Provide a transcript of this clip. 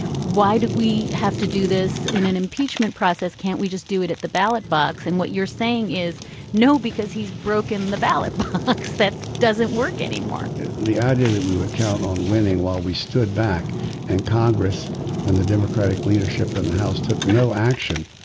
why do we have to do this in an impeachment process can't we just do it at the ballot box and what you're saying is no because he's broken the ballot box that doesn't work anymore the idea and that we would count on winning while we stood back and congress and the democratic leadership in and the house took no action.